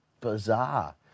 bizarre